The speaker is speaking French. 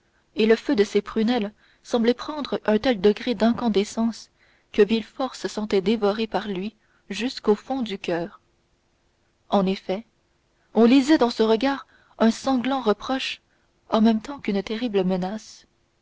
et le feu de ses prunelles semblait prendre un tel degré d'incandescence que villefort se sentait dévoré par lui jusqu'au fond du coeur en effet on lisait dans ce regard un sanglant reproche en même temps qu'une terrible menace